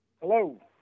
Hello